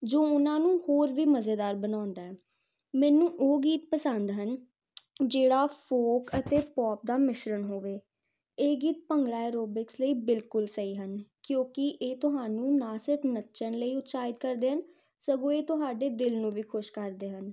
ਜੋ ਉਹਨਾਂ ਨੂੰ ਹੋਰ ਵੀ ਮਜ਼ੇਦਾਰ ਬਣਾਉਂਦਾ ਮੈਨੂੰ ਉਹ ਗੀਤ ਪਸੰਦ ਹਨ ਜਿਹੜਾ ਫੋਕ ਅਤੇ ਪੋਪ ਦਾ ਮਿਸ਼ਰਣ ਹੋਵੇ ਇਹ ਗੀਤ ਭੰਗੜਾ ਐਰੋਬਿਕਸ ਲਈ ਬਿਲਕੁਲ ਸਹੀ ਹਨ ਕਿਉਂਕਿ ਇਹ ਤੁਹਾਨੂੰ ਨਾ ਸਿਰਫ ਨੱਚਣ ਲਈ ਉਤਸਾਹਿਤ ਕਰਦੇ ਹਨ ਸਗੋਂ ਇਹ ਤੁਹਾਡੇ ਦਿਲ ਨੂੰ ਵੀ ਖੁਸ਼ ਕਰਦੇ ਹਨ